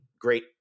great